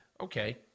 Okay